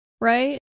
right